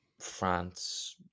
France